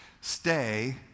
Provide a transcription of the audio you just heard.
Stay